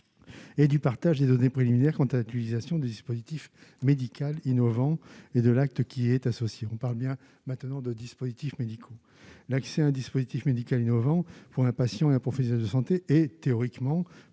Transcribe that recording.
et du partage des données préliminaires quant à l'utilisation du dispositif médical innovant et de l'acte qui est associé, on parle bien maintenant de dispositifs médicaux, l'accès à un dispositif médical innovant pour un patient et un professionnel de santé est théoriquement possible,